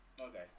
Okay